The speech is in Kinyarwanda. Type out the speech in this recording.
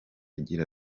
agira